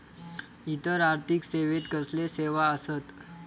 इतर आर्थिक सेवेत कसले सेवा आसत?